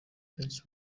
benshi